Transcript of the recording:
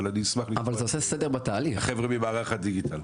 אני אשמח לשמוע את החבר'ה ממערך הדיגיטל.